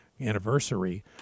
anniversary